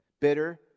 Bitter